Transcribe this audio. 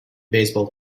baseball